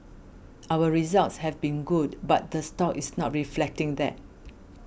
our results have been good but the stock is not reflecting that